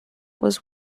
was